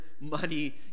money